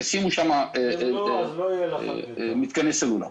ישימו שם מתקני סלולר.